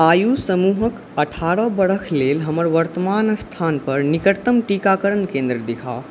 आयु समूहके अठारह वर्ष लेल हमर वर्तमान स्थानपर निकटतम टीकाकरण केन्द्र देखाउ